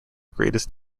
greatest